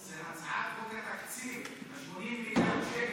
זה הצעת חוק לתקציב 80 מיליארד שקל.